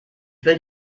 will